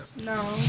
No